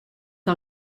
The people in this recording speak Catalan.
que